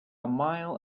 mile